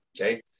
Okay